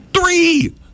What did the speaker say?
three